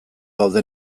gaude